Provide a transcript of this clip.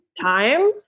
time